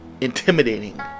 intimidating